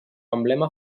emblema